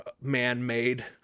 man-made